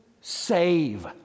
save